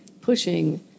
pushing